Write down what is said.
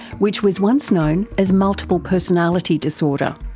which was once known as multiple personality disorder.